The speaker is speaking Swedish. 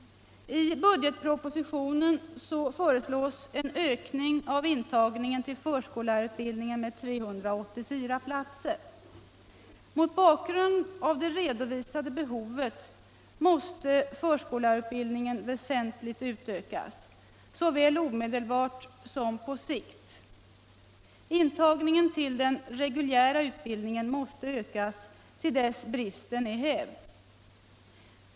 I budgetpropositionen föreslås en ökning av intagningen till förskollärarutbildningen med 384 platser. Mot bakgrund av det redovisade behovet måste förskollärarutbildningen väsentligt utökas, såväl omedelbart som på sikt. Intagningen till den reguljära utbildningen måste ökas till dess bristen är hävd.